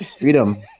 freedom